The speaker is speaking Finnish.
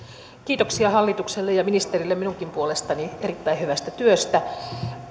kiitoksia hallitukselle ja ministerille minunkin puolestani erittäin hyvästä työstä